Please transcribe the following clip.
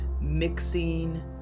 mixing